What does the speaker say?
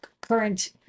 current